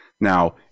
Now